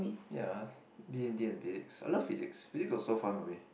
ya D-and-T and physics I love physics physics was so fun for me